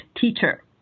teacher